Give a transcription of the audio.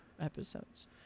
episodes